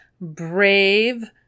brave